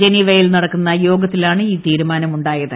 ജനീവയിൽ നടക്കുന്ന യോഗത്തിലാണ് ഈ തീരുമാനമുണ്ടായത്